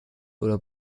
oder